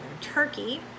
Turkey